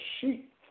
sheep